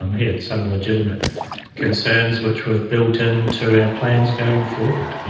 um he had some legitimate concerns which we've built into our plans going forward.